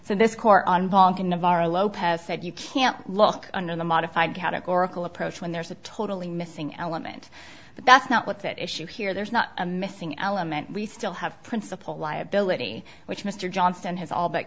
so this court on vhong navarro lopez said you can't look under the modified categorical approach when there's a totally missing element but that's not what's at issue here there's not a missing element we still have principal liability which mr johnston has all b